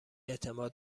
اعتماد